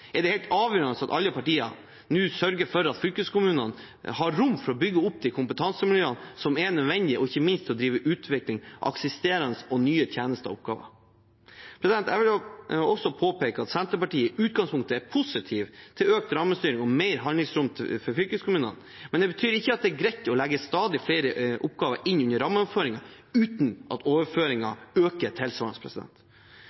er det helt avgjørende at alle partiene nå sørger for at fylkeskommunene har rom for å bygge opp de kompetansemiljøene som er nødvendig, og ikke minst å drive utvikling av eksisterende og nye tjenester og oppgaver. Jeg vil også påpeke at Senterpartiet i utgangspunktet er positiv til økt rammestyring og mer handlingsrom for fylkeskommunene, men det betyr ikke at det er greit å legge stadig flere oppgaver inn under rammeoverføringene uten at